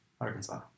Arkansas